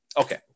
Okay